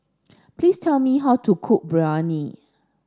please tell me how to cook Biryani